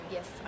Yes